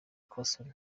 carson